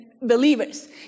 believers